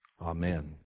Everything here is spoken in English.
Amen